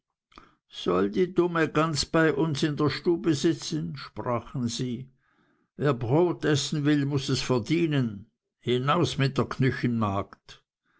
soll die dumme gans bei uns in der stube sitzen sprachen sie wer brot essen will muß es verdienen hinaus mit der